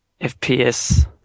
FPS